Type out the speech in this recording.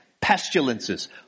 pestilences